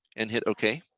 and hit okay.